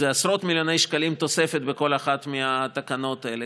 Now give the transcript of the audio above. אלה עשרות מיליוני שקלים תוספת בכל אחת מהתקנות האלה.